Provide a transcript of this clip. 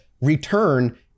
return